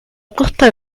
costa